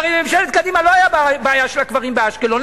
הרי בממשלת קדימה לא היתה בעיה של הקברים באשקלון.